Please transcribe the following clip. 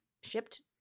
shipped